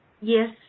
Yes